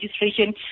registration